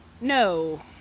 no